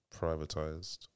privatized